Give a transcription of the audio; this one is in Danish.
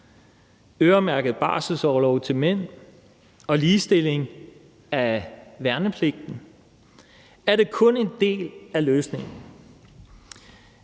øremærket barselsorlov til mænd og ligestilling af værnepligten, er det kun en del af løsningen.